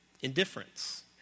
Indifference